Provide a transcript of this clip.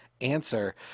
answer